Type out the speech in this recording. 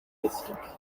mystic